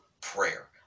prayer